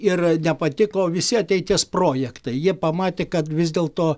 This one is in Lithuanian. ir nepatiko visi ateities projektai jie pamatė kad vis dėlto